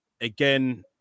again